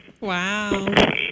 Wow